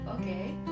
okay